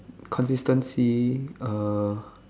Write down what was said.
consistency uh